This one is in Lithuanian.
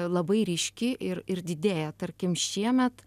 labai ryški ir ir didėja tarkim šiemet